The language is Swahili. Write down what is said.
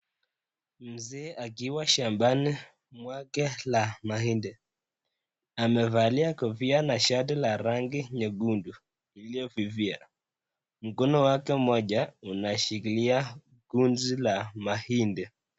Mzee akiwa shambani mwake la mahindi, amevalia kofia na shati la rangi nyekundu iliyofifia. Mkono wake mmoja unashikilia gunzi la mahindi.